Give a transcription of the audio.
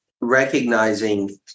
recognizing